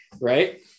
Right